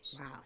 Wow